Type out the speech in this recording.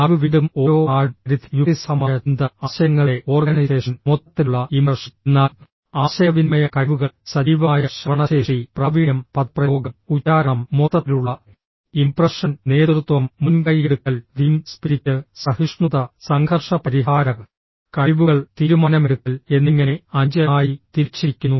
അറിവ് വീണ്ടും ഓരോ ആഴം പരിധി യുക്തിസഹമായ ചിന്ത ആശയങ്ങളുടെ ഓർഗനൈസേഷൻ മൊത്തത്തിലുള്ള ഇംപ്രഷൻ എന്നാൽ ആശയവിനിമയ കഴിവുകൾ സജീവമായ ശ്രവണശേഷി പ്രാവീണ്യം പദപ്രയോഗം ഉച്ചാരണം മൊത്തത്തിലുള്ള ഇംപ്രഷൻ നേതൃത്വം മുൻകൈയെടുക്കൽ ടീം സ്പിരിറ്റ് സഹിഷ്ണുത സംഘർഷ പരിഹാര കഴിവുകൾ തീരുമാനമെടുക്കൽ എന്നിങ്ങനെ 5 ആയി തിരിച്ചിരിക്കുന്നു